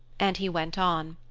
and he went on